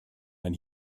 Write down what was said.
man